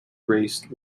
raced